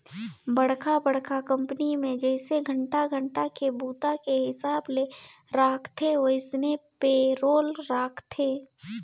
बड़खा बड़खा कंपनी मे जइसे घंटा घंटा के बूता के हिसाब ले राखथे वइसने पे रोल राखथे